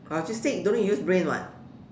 logistic don't need to use brain [what]